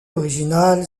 original